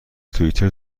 توئیتر